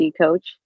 coach